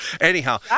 Anyhow